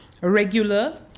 regular